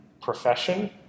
profession